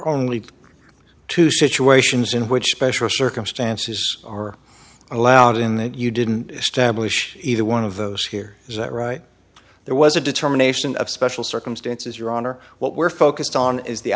only two situations in which pressure circumstances are allowed in that you didn't establish either one of those here is that right there was a determination of special circumstances your honor what we're focused on is the